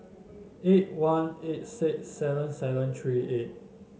eight one eight six seven seven three eight